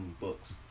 books